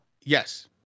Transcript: Yes